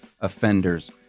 offenders